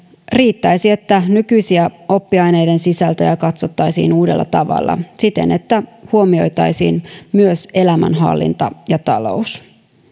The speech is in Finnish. riittäisi että nykyisiä oppiaineiden sisältöjä katsottaisiin uudella tavalla siten että huomioitaisiin myös elämänhallinta ja talous